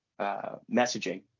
messaging